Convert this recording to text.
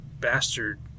bastard